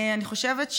אני חושבת,